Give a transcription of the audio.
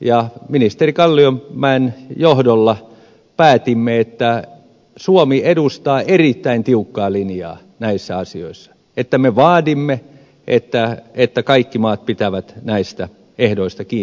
ja ministeri kalliomäen johdolla päätimme että suomi edustaa erittäin tiukkaa linjaa näissä asioissa että me vaadimme että kaikki maat pitävät näistä ehdoista kiinni